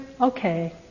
okay